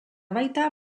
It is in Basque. baita